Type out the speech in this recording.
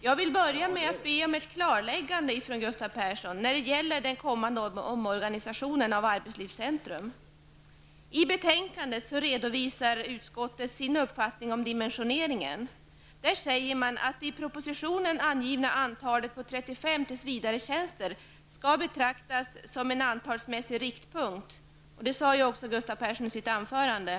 Jag vill sedan be om ett klarläggande från Gustav Persson när det gäller den kommande omorganisationen av arbetslivscentrum. I betänkandet redovisar utskottet sin uppfattning om dimensioneringen. Man säger att ''det i propositionen uppgivna antalet om ca 35 tillsvidaretjänster får betecknas som en antalsmässig riktpunkt''. Det sade också Gustav Persson i sitt anförande.